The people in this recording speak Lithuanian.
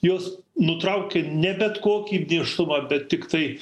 jos nutraukia ne bet kokį nėštumą bet tiktai